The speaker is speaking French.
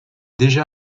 déjà